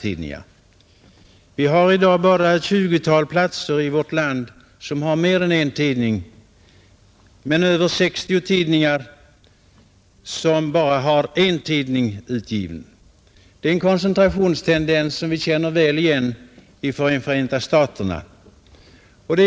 I dag har vi bara ett 20-tal platser i vårt land som har mer än en tidning men över 60 platser som bara har en tidning. Det är en koncentrationstendens som vi känner väl igen från Förenta staterna.